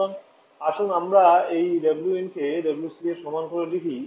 সুতরাং আসুন আমরা এই Win কে WC এর সমান করে লিখি